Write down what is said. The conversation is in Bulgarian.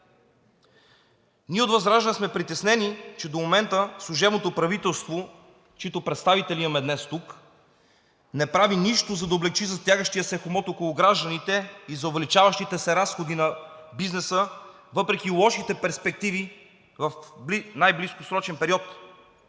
Ние от ВЪЗРАЖДАНЕ сме притеснени, че до момента служебното правителство, чиито представители имаме днес тук, не прави нищо, за да облекчи затягащия се хомот около гражданите и за увеличаващите се разходи на бизнеса въпреки лошите перспективи в най-близкосрочен период.